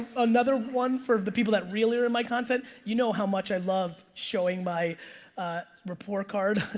another one for the people that really read my content, you know how much i love showing my report card.